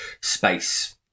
space